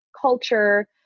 culture